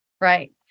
right